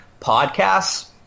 podcasts